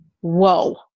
whoa